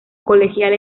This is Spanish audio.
colegial